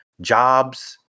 jobs